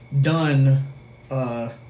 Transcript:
Done